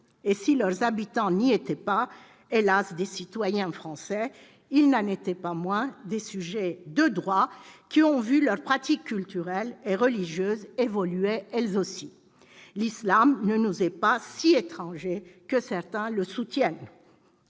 et si leurs habitants n'étaient pas, hélas ! des citoyens français, ils n'en étaient pas moins des sujets de droit, qui ont vu leurs pratiques culturelles et religieuses évoluer, elles aussi. L'islam ne nous est pas si « étranger » que certains le soutiennent